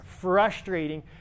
frustrating